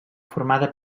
formada